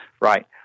right